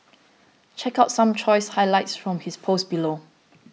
check out some choice highlights from his post below